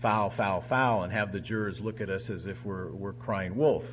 foul foul foul and have the jurors look at us as if we're we're crying wolf